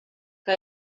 que